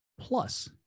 plus